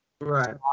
Right